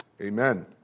Amen